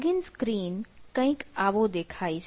login screen કંઈક આવો દેખાય છે